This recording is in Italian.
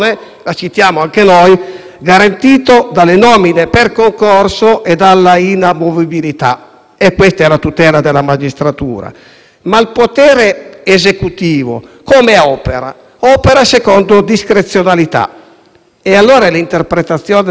Questa è la tutela della magistratura, ma il potere esecutivo come opera? Opera secondo discrezionalità. Allora è l'interpretazione della discrezionalità che fa la differenza. Cos'è la discrezionalità dell'azione politica?